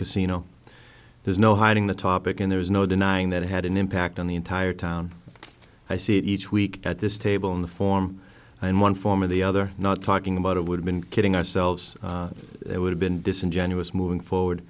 casino there's no hiding the topic and there is no denying that it had an impact on the entire town i see each week at this table in the form in one form or the other not talking about it would have been kidding ourselves it would have been disingenuous moving forward